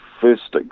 first